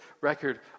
record